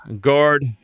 guard